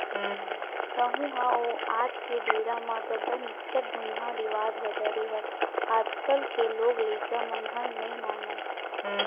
तँहू ह ओ आज के बेरा म ददा निच्चट जुन्नाहा रिवाज ल धरे हस आजकल के लोग लइका मन ह नइ मानय